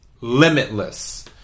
limitless